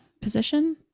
position